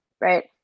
right